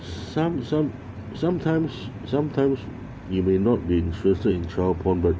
some some sometimes sometimes you may not be interested in child porn but